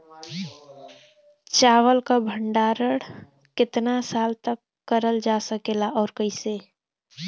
चावल क भण्डारण कितना साल तक करल जा सकेला और कइसे?